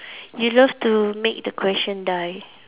you love to make the question die